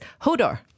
Hodor